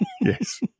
Yes